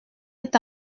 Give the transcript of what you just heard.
est